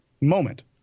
moment